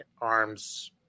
arms